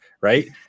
right